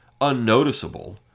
unnoticeable